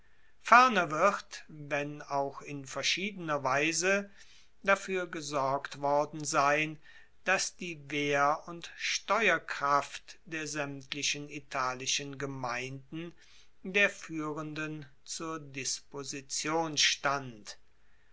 ferner wird wenn auch in verschiedener weise dafuer gesorgt worden sein dass die wehr und steuerkraft der saemtlichen italischen gemeinden der fuehrenden zur disposition stand